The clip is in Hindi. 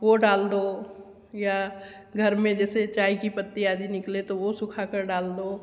वह डाल दो या घर में जैसे चाय की पत्ती आदि निकले ना तो वह सुखाकर डाल दो